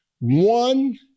one